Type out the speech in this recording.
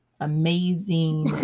amazing